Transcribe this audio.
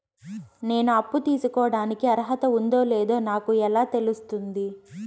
నేను అప్పు తీసుకోడానికి అర్హత ఉందో లేదో నాకు ఎలా తెలుస్తుంది?